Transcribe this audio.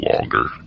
longer